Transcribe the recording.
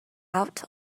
out